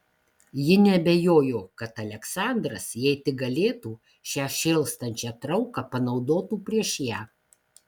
ji neabejojo kad aleksandras jei tik galėtų šią šėlstančią trauką panaudotų prieš ją